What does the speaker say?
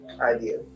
idea